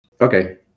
Okay